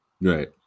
Right